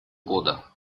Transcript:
года